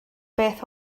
beth